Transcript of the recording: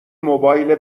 موبایل